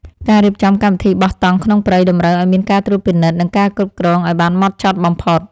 ការរៀបចំកម្មវិធីបោះតង់ក្នុងព្រៃតម្រូវឱ្យមានការត្រួតពិនិត្យ និងការគ្រប់គ្រងឱ្យបានហ្មត់ចត់បំផុត។